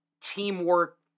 teamwork